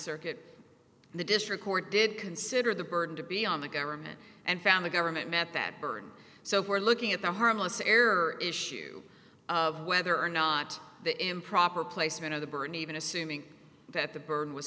circuit the district court did consider the burden to be on the government and found the government met that burden so we're looking at the harmless error issue of whether or not the improper placement of the burden even assuming that the burden was